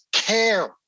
Care